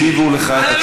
הכנסת חזן, הקשיבו לך.